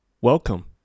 welcome